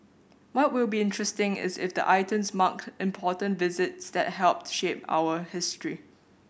what will be interesting is if the items marked important visits that helped shape our history